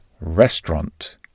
restaurant